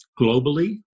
globally